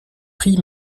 prix